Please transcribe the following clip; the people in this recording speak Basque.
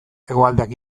hegoaldeak